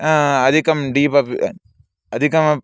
अधिकं डीप् अपि अधिकं